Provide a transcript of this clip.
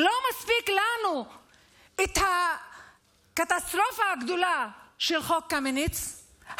לא מספיקה לנו הקטסטרופה הגדולה של חוק קמיניץ,